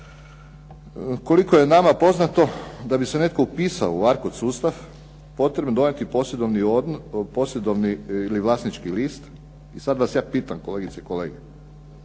Koliko je nama poznato, da bi se netko upisao u ar kod sustav potrebno je donijeti posjedovni ili vlasnički list. I sad vas ja pitam kolegice i kolege,